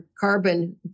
carbon